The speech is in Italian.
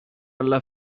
alla